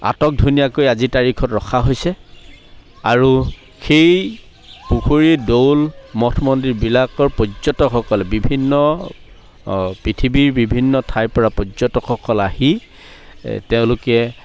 আটক ধুনীয়াকৈ আজিৰ তাৰিখত ৰখা হৈছে আৰু সেই পুখুৰী দৌল মঠ মন্দিৰবিলাকৰ পৰ্যটকসকল বিভিন্ন অ পৃথিৱীৰ বিভিন্ন ঠাইৰ পৰা পৰ্যটকসকল আহি এ তেওঁলোকে